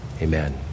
Amen